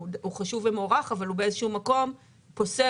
הוא חשוב ומוערך אבל הוא באיזשהו מקום פוסל